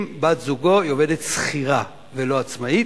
בת-זוגו היא עובדת שכירה ולא עצמאית.